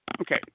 Okay